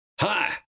hi